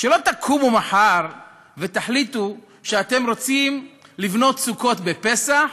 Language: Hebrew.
שלא תקומו מחר ותחליטו שאתם רוצים לבנות סוכות בפסח